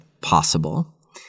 possible